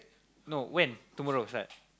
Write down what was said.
no when tomorrow start